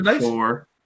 four